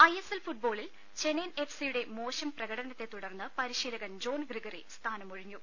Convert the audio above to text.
ISL ഫുട്ബോളിൽ ചെന്നൈൻ എഫ്സിയുടെ മോശം പ്രകടനത്തെ തുടർന്ന് പരിശീലകൻ ജോൺഗ്രിഗറി സ്ഥാനം ഒഴിഞ്ഞു